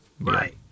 Right